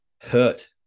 hurt